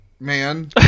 Man